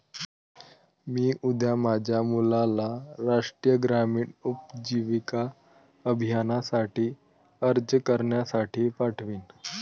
मी उद्या माझ्या मुलाला राष्ट्रीय ग्रामीण उपजीविका अभियानासाठी अर्ज करण्यासाठी पाठवीन